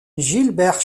gilbert